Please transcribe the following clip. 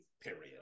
period